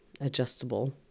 adjustable